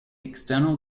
external